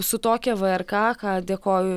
su tokia vkr ką dėkoju